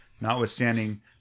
notwithstanding